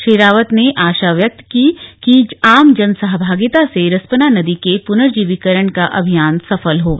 श्री रावत ने आशा व्यक्त की कि आम जनसहभागिता से रिस्पना नदी के पुनर्जीविकरण का अभियान सफल होगा